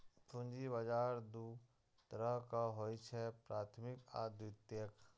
पूंजी बाजार दू तरहक होइ छैक, प्राथमिक आ द्वितीयक